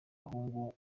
bahungu